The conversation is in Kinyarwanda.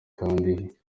kandi